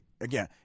again—